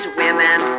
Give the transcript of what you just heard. women